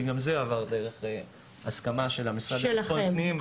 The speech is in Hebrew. כי גם זה עבר דרך הסכמה של המשרד לביטחון הפנים ובאישור של הכבאות.